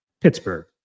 Pittsburgh